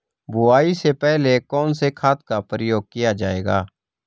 बुआई से पहले कौन से खाद का प्रयोग किया जायेगा?